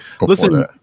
Listen